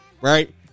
right